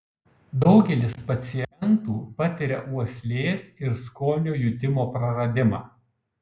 daugelis pacientų patiria uoslės ir skonio jutimo praradimą